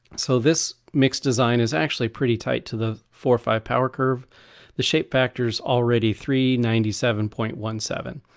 so this mix design is actually pretty tight to the four or five power curve the shape factors already three ninety seven point one seven.